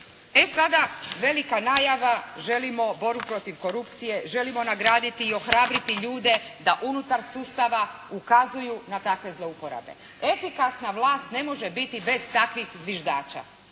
E sada, velika najava. Želimo veliku borbu protiv korupcije, želimo nagraditi i ohrabriti ljude da unutar sustava ukazuju na takve zlouporabe. Efikasna vlast ne može biti bez takvih zviždača.